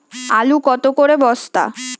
আলু কত করে বস্তা?